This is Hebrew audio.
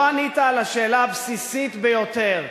לא ענית על השאלה הבסיסית ביותר: